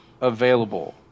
available